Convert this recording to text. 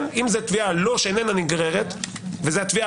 אם זאת תביעה לא נגררת וזאת התביעה